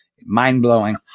Mind-blowing